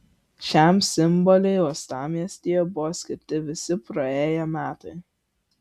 šiam simboliui uostamiestyje buvo skirti visi praėję metai